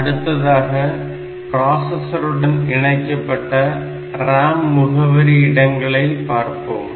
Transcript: அடுத்ததாக ப்ராசசருடன் இணைக்கப்பட்ட RAM முகவரி இடங்களை பார்ப்போம்